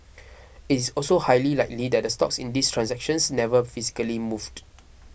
it is also highly likely that the stocks in these transactions never physically moved